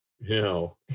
No